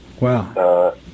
Wow